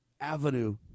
avenue